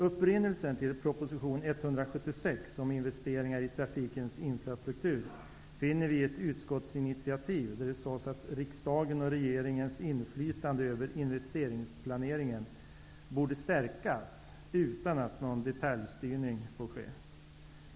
Upprinnelsen till proposition 176 om investeringar i trafikens infrastruktur finner vi i ett utskottsinitativ, där det sades att riksdagens och regeringens inflytande över investeringsplaneringen borde stärkas, utan att någon detaljstyrning får ske.